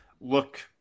look